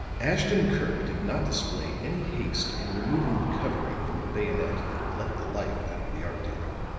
ashton-kirk did not display any haste in removing the covering from the bayonet that had let the life out of the art dealer.